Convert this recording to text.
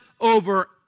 over